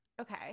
Okay